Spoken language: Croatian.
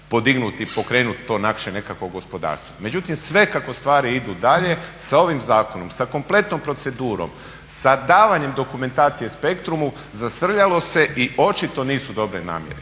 podignuti i pokrenuti to naše nekakvo gospodarstvo. Međutim, sve kako stvari idu dalje sa ovim zakonom, sa kompletnom procedurom, sa davanjem dokumentacije "Spectrumu" zasrljalo se i očito nisu dobre namjere.